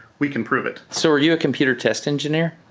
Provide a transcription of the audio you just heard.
we can prove it. so are you a computer test engineer?